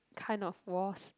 kind of was